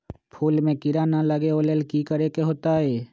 फूल में किरा ना लगे ओ लेल कि करे के होतई?